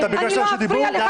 אתה ביקשת רשות דיבור?